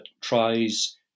tries